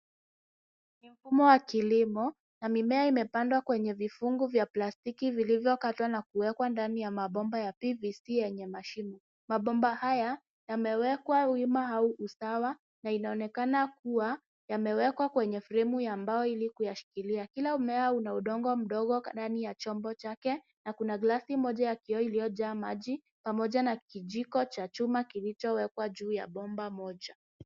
Mfumo wa kilimo, na mimea imepandwa kwenye vifungu vya plastiki vilivyokatwa na kuwekwa ndani ya mabomba ya PVST yenye mashimo. Mabomba haya yamewekwa wima au usawa na inaonekana kuwa yamewekwa kwenye fremu ya mbao ili kuyashikilia. Kila mmea una udongo mdogo ndani ya chombo chake na kuna glasi moja ya kioo iliyojaa maji pamoja na kijiko cha chuma kilichowekwa juu ya bomba moja.